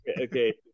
okay